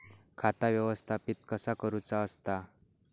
खाता व्यवस्थापित कसा करुचा असता?